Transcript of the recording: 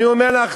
אני אומר לך,